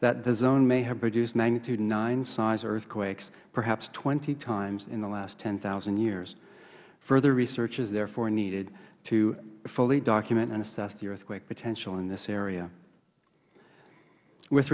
that the zone may have produced magnitude nine size earthquakes perhaps twenty times in the last ten zero years further research is therefore needed to fully document and assess the earthquake potential in this area with